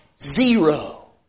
zero